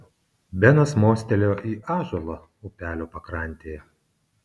benas mostelėjo į ąžuolą upelio pakrantėje